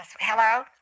Hello